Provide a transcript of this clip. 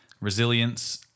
resilience